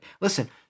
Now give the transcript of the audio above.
Listen